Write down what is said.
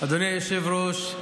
אדוני היושב-ראש,